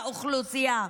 לאוכלוסייה.